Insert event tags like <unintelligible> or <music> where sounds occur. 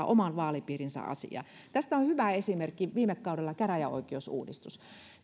<unintelligible> oman vaalipiirinsä asiaa tästä on hyvä esimerkki viime kaudelta käräjäoikeusuudistus